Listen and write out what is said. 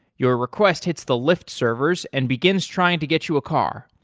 your request hits the lyft servers and begins trying to get you a car.